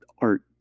art